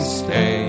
stay